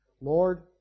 Lord